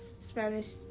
Spanish